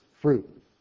fruit